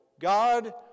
God